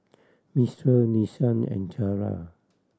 Mistral Nissan and Zara